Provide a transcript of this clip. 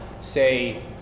Say